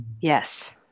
Yes